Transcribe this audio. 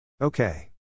Okay